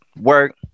work